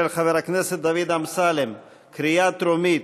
של חבר הכנסת דוד אמסלם, בקריאה טרומית.